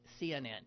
CNN